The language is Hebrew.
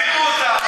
העירו אותי בבוקר,